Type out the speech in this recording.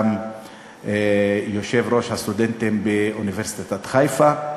יושבת-ראש אגודת הסטודנטים באוניברסיטת חיפה.